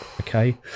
okay